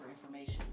information